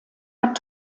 hat